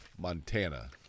Montana